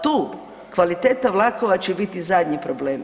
Tu kvaliteta vlakova će biti zadnji problem.